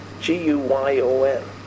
G-U-Y-O-N